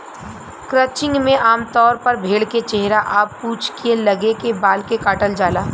crutching में आमतौर पर भेड़ के चेहरा आ पूंछ के लगे के बाल के काटल जाला